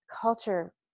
culture